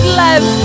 love